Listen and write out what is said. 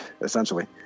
essentially